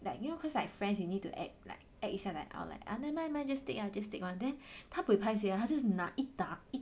like cause you know friend you need to act like act 一下 like nevermind nevermind just take ah just take [one] then 他就 buay paiseh [one] 他 just 哪一打一